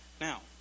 Now